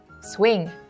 swing